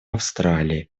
австралией